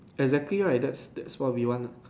exactly right that's that's what we want lah